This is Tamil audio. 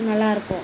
நல்லாயிருக்கும்